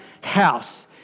house